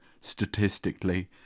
statistically